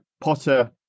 Potter